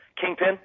Kingpin